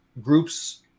groups